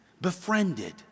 befriended